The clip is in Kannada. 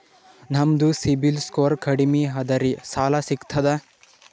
ನಮ್ದು ಸಿಬಿಲ್ ಸ್ಕೋರ್ ಕಡಿಮಿ ಅದರಿ ಸಾಲಾ ಸಿಗ್ತದ?